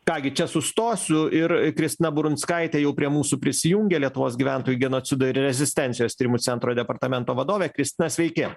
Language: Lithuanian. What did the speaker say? ką gi čia sustosiu ir kristina burunskaitė jau prie mūsų prisijungė lietuvos gyventojų genocido ir rezistencijos tyrimų centro departamento vadovė kristina sveiki